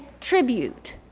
tribute